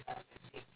ya